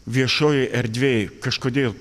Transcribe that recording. viešojoj erdvėj kažkodėl